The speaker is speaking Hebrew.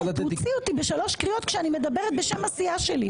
הוציא אותי בשלוש קריאות כשאני מדברת בשם הסיעה שלי.